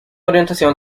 orientación